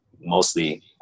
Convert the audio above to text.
mostly